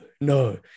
no